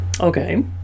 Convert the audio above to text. Okay